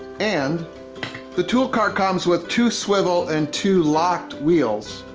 and the tool cart comes with two swivel and two locked wheels.